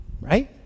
right